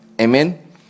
amen